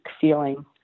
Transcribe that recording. feeling